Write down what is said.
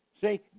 See